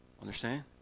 Understand